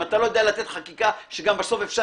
אם אתה לא יודע לתת חקיקה שגם בסוף אפשר